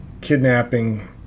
kidnapping